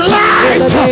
light